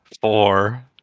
four